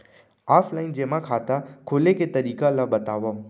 Offline जेमा खाता खोले के तरीका ल बतावव?